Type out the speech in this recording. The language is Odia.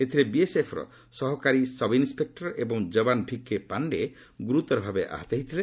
ଏଥିରେ ବିଏସ୍ଏଫ୍ର ସହକାରୀ ସବ୍ଇନ୍ସ୍ଟେକ୍ଟର ଏବଂ ଯବାନ ଭିକେ ପାଣ୍ଡେ ଗୁରୁତର ଭାବେ ଆହତ ହୋଇଥିଲେ